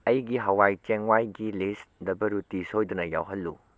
ꯑꯩꯒꯤ ꯍꯥꯋꯥꯏ ꯆꯦꯡꯋꯥꯏꯒꯤ ꯂꯤꯁ ꯗꯕꯜꯔꯨꯇꯤ ꯁꯣꯏꯗꯅ ꯌꯥꯎꯍꯜꯂꯨ